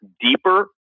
deeper